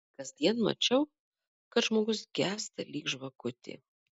kasdien mačiau kad žmogus gęsta lyg žvakutė